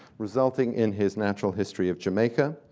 resulting in his natural history of jamaica,